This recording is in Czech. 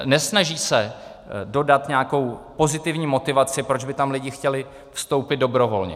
Nesnaží se dodat nějakou pozitivní motivaci, proč by tam lidi chtěli vstoupit dobrovolně.